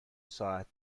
ساعت